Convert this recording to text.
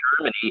Germany